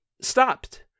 stopped